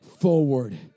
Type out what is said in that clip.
forward